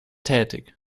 tätig